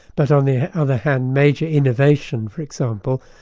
but on the other hand major innovation for example,